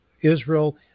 Israel